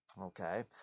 Okay